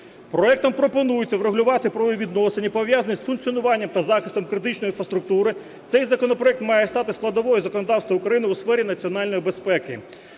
Проектом пропонується врегулювати правовідносини, пов'язані з функціонуванням та захистом критичної інфраструктури. Цей законопроект має стати складовою законодавства України у сфері національної безпеки.